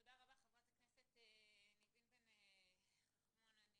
תודה רבה חברת הכנסת ניבין אבו רחמון.